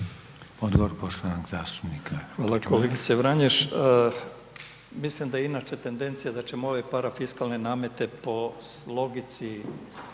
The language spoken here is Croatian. Miroslav (HDZ)** Hvala kolegice Vranješ. Mislim da je inače tendencija da ćemo ove parafiskalne namete po logici